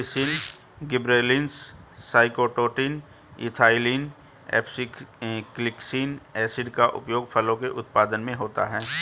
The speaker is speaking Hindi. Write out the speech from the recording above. auxin, gibberellins, cytokinin, ethylene, abscisic acid का उपयोग फलों के उत्पादन में होता है